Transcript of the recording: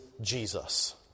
Jesus